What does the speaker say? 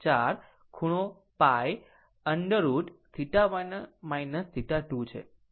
4 ખૂણો π √ θ1 θ2 છે